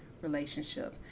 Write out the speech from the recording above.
relationship